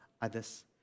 others